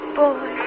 boy